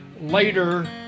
later